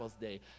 day